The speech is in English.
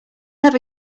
never